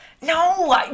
No